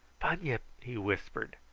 bunyip, he whispered,